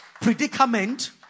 predicament